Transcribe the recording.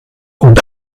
und